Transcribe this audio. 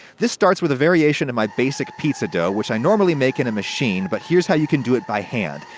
this starts with a variation of my basic pizza dough, which i normally make in a machine, but here's how you can do it by hand.